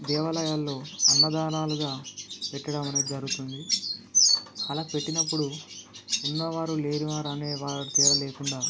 దేవాలయాలలో అన్నదానాలుగా పెట్టడం అనేది జరుగుతుంది అలా పెట్టినప్పుడు ఉన్నవారు లేనివారు అనే వారు తేడా లేకుండా